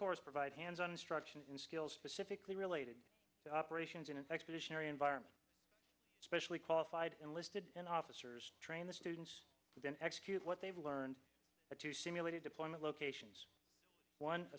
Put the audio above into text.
course provide hands on instruction in skills specifically related to operations in an expeditionary environment especially qualified and listed in officers train the students and then execute what they've learned to simulated deployment locations one